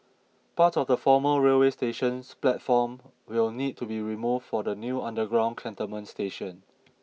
parts of the former railway station's platform will need to be removed for the new underground Cantonment station